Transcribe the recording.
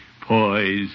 poise